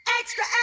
Extra